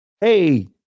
Hey